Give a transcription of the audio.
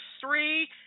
three